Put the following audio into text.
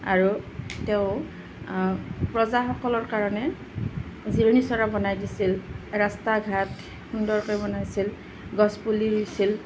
আৰু তেওঁ প্ৰজাসকলৰ কাৰণে জিৰণী চ'ৰা বনাই দিছিল ৰাস্তা ঘাট সুন্দৰকৈ বনাইছিল গছ পুলি ৰুইছিল